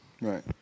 Right